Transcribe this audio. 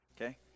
Okay